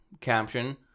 caption